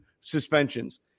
suspensions